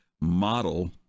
model